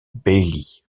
bailly